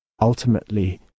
Ultimately